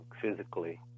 physically